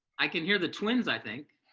i can hear the twins i think.